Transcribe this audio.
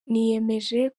niyemeje